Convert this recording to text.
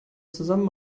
zusammen